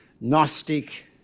Gnostic